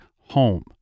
home